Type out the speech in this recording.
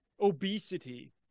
obesity